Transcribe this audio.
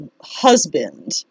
husband